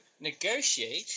negotiate